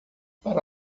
para